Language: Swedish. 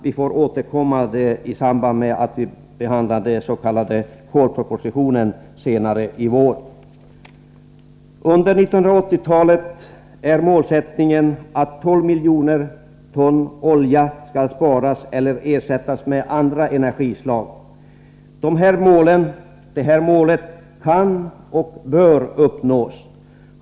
Vi får återkomma i samband med behandlingen av den s.k. kolpropositionen senare i vår. Under 1980-talet är målsättningen att 12 miljoner ton olja skall sparas eller ersättas med andra energislag. Detta mål kan och bör uppnås.